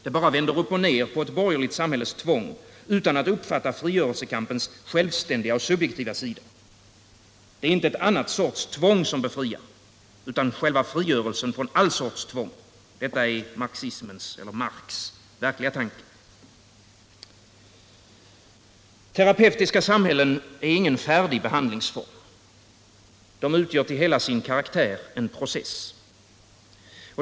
Den bara vänder upp och ned på ett borgerligt samhälles tvång utan att uppfatta frigörelsekampens självständiga och subjektiva sida. Det är inte en annan sorts tvång som befriar, utan själva frigörelsen från all sorts tvång; detta är marxismens —- eller Marx — verkliga tanke. Terapeutiska samhällen är ingen färdig behandlingsform. De utgör till hela sin karaktär en process.